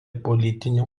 politinių